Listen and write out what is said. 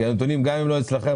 כי גם אם הנתונים לא אצלכם,